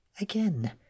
again